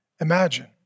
Imagine